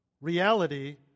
reality